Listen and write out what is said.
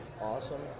awesome